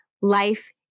Life